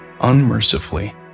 unmercifully